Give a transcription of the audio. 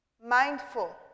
Mindful